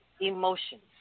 emotions